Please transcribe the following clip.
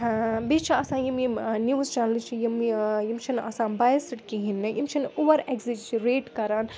بیٚیہِ چھِ آسان یِم یِم نِوٕز چَنلہٕ چھِ یِم یِم چھِنہٕ آسان بایسٕڈ کِہیٖنۍ نہٕ یِم چھِنہٕ اوٚوَر اٮ۪گزِش ریٹ کَران